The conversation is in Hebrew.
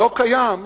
לא קיים כשאנחנו,